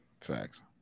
Facts